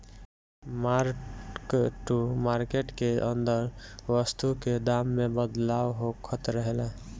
mark to market के अंदर वस्तु के दाम में बदलाव होखत रहेला